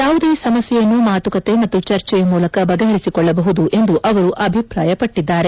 ಯಾವುದೇ ಸಮಸ್ಥೆಯನ್ನು ಮಾತುಕತೆ ಮತ್ತು ಚರ್ಚೆಯ ಮೂಲಕ ಬಗೆಹರಿಸಿಕೊಳ್ಳಬಹುದು ಎಂದು ಅವರು ಅಭಿಪ್ರಾಯಪಟ್ಟದ್ದಾರೆ